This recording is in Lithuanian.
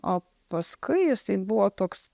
o paskui jisai buvo toks